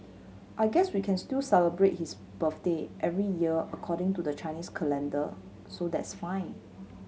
I guess we can still celebrate his birthday every year according to the Chinese calendar so that's fine